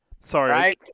Sorry